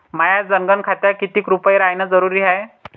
माह्या जनधन खात्यात कितीक रूपे रायने जरुरी हाय?